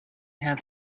had